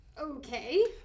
Okay